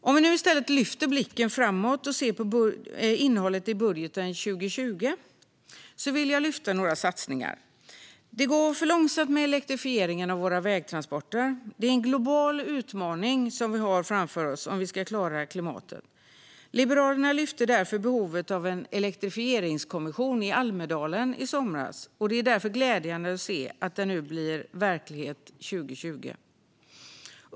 Om vi nu i stället lyfter blicken framåt och ser på innehållet i budgeten för 2020 finner vi några satsningar som jag vill lyfta fram. Det går för långsamt med elektrifieringen av våra vägtransporter. Det är en global utmaning som vi har framför oss om vi ska klara klimatet. Liberalerna lyfte därför i Almedalen i somras behovet av en elektrifieringskommission, och det är därför glädjande att se att den nu blir verklighet 2020.